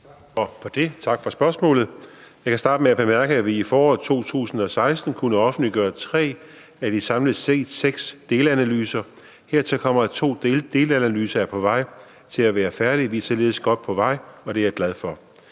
tak for spørgsmålet. Jeg kan starte med at bemærke, at vi i foråret 2016 kunne offentliggøre tre af de samlet set seks delanalyser. Hertil kommer, at to delanalyser er på vej til at være færdige. Vi er således godt på vej, og det er jeg glad for.